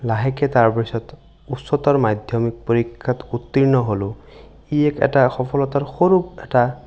লাহেকৈ তাৰপিছত উচ্চতৰ মাধ্যমিক পৰীক্ষাত উত্তীৰ্ণ হ'লোঁ ই এক এটা সফলতাৰ সৰু এটা